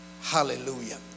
hallelujah